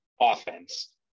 offense